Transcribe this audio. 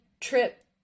trip